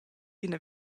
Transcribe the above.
ina